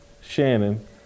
Shannon